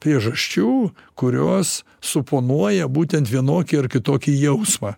priežasčių kurios suponuoja būtent vienokį ar kitokį jausmą